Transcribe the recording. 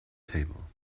table